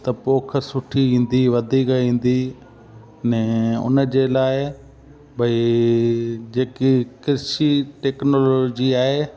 त पोख सुठी ईंदी वधीक ईंदी उन जे लाइ भई जेकी कृषि टैक्नोलॉजी आहे